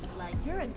like you're and